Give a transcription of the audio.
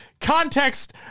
context